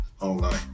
online